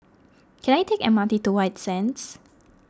can I take M R T to White Sands